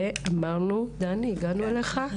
דני, הגענו אליך.